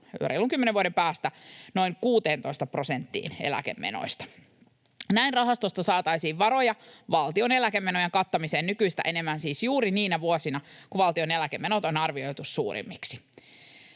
reilun kymmenen vuoden päästä, noin 16 prosenttiin eläkemenoista. Näin rahastosta saataisiin varoja valtion eläkemenojen kattamiseen nykyistä enemmän juuri niinä vuosina, kun valtion eläkemenot on arvioitu suurimmiksi.